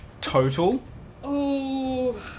total